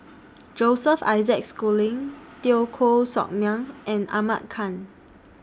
Joseph Isaac Schooling Teo Koh Sock Miang and Ahmad Khan